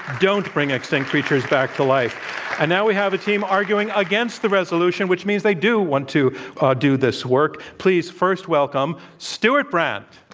don't bring extinct creatures back to life. and now we have a team arguing against the resolution, which means they do want to do this work. please first welcome stewart brand.